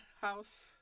house